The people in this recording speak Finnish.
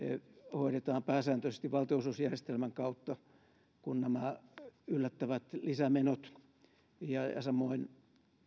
hoidetaan pääsääntöisesti valtionosuusjärjestelmän kautta kun nämä yllättävät lisämenot ja ja samoin